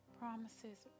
promises